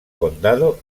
condado